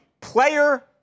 player-